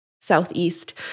southeast